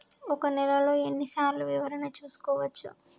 ఒక నెలలో ఎన్ని సార్లు వివరణ చూసుకోవచ్చు?